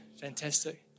Fantastic